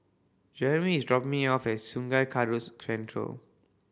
Jerimy is dropping me off at Sungai Central